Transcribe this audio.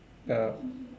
ya